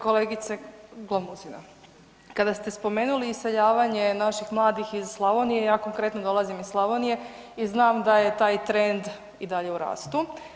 Kolegice Glamuzina, kada ste spomenuli iseljavanje naših mladih iz Slavonije, ja konkretno dolazim iz Slavonije i znam da je taj trend i dalje u rastu.